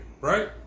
right